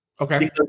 okay